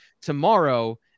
tomorrow